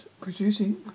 producing